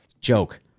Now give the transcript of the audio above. Joke